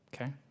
Okay